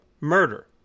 Murder